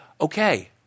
okay